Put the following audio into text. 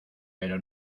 pero